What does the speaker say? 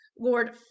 Lord